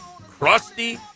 crusty